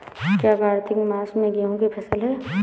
क्या कार्तिक मास में गेहु की फ़सल है?